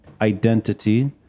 identity